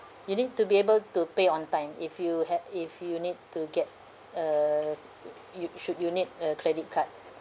you need to be able to pay on time if you had if you need to get uh you should you need a credit card